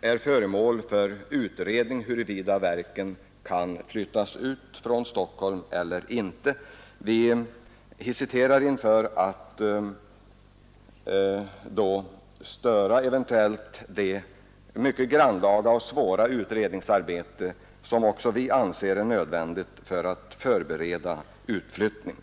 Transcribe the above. är föremål för utredning om huruvida de kan flyttas ut från Stockholm eller inte. Vi hesiterar inför att eventuellt störa det mycket grannlaga och svåra utredningsarbete som också vi anser är nödvändigt för att förbereda utflyttning.